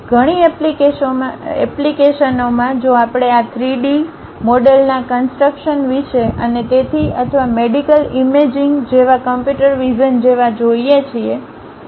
ઘણી એપ્લિકેશનોમાં જો આપણે આ 3 D મ મોડલના કન્સટ્રક્શન વિશે અને તેથી અથવા મેડિકલ ઇમેજિંગ જેવા કમ્પ્યુટર વિઝન જેવા જોઈએ છીએ